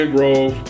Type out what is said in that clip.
Grove